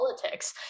politics